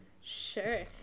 Sure